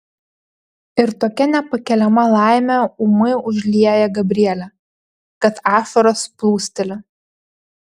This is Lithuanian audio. ir tokia nepakeliama laimė ūmai užlieja gabrielę kad ašaros plūsteli